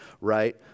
right